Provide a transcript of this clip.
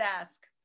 Ask